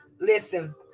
Listen